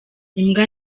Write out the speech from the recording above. imbwa